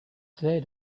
they